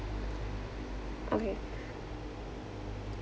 okay